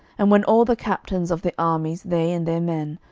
and when all the captains of the armies, they and their men,